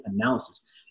Analysis